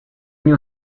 new